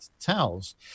towels